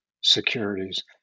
securities